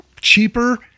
cheaper